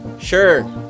Sure